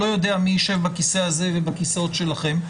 אני לא יודע מי ישב בכיסא הזה ובכיסאות שלכם,